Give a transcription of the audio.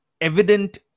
evident